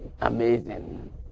amazing